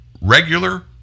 regular